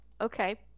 okay